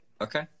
Okay